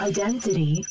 Identity